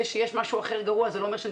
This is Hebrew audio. זה שיש משהו אחר גרוע זה לא אומר שאני